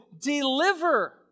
deliver